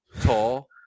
tall